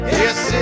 yes